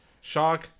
Shark